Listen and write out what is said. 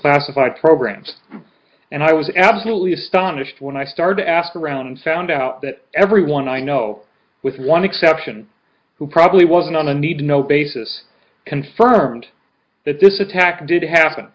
classified programs and i was absolutely astonished when i started asking around and found out that everyone i know with one exception who probably wasn't on a need to know basis confirmed that this attack did happen